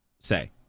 say